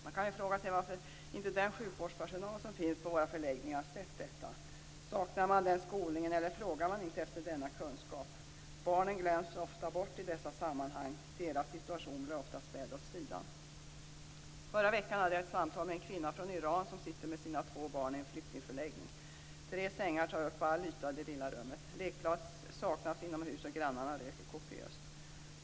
Man kan fråga sig varför inte den sjukvårdspersonal som finns på våra förläggningar har sett detta. Saknar man denna skolning eller frågar man inte efter denna kunskap? Barn glöms ofta bort i dessa sammanhang. Deras situation blir ofta ställd åt sidan. Förra veckan hade jag ett samtal med en kvinna från Iran som sitter med sina två barn i en flyktingförläggning. Tre sängar tar upp all yta i det lilla rummet. Lekplats saknas inomhus, och grannarna röker kopiöst.